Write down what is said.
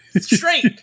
straight